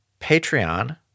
Patreon